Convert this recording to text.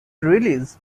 release